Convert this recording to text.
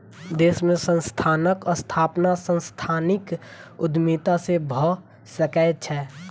देश में संस्थानक स्थापना सांस्थानिक उद्यमिता से भअ सकै छै